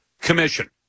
commission